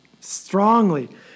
strongly